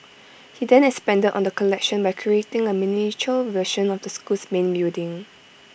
he then expanded on the collection by creating A miniature version of the school's main building